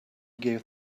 gave